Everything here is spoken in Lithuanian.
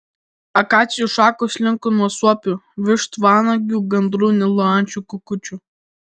akacijų šakos linko nuo suopių vištvanagių gandrų nilo ančių kukučių